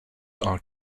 are